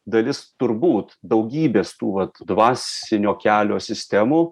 dalis turbūt daugybės tų vat dvasinio kelio sistemų